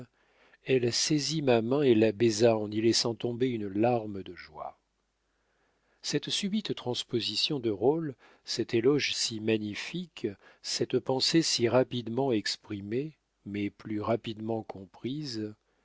elle saisit ma main et la baisa en y laissant tomber une larme de joie cette subite transposition des rôles cet éloge si magnifique cette pensée si rapidement exprimée mais plus rapidement comprise